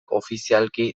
ofizialki